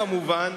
כמובן,